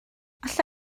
alla